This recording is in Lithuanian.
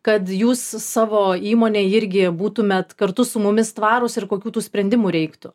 kad jūs savo įmonėj irgi būtumėt kartu su mumis tvarūs ir kokių tų sprendimų reiktų